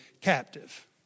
captive